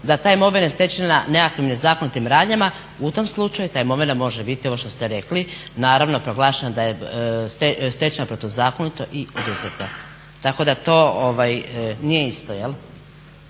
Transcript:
je ta imovina stečena nekakvim nezakonitim radnjama u tom slučaju taj momenat može biti ovo što ste rekli, naravno proglašeno da je stečena protuzakonito i oduzeta. Tako da to nije isto. Hvala